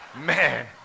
Man